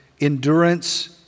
endurance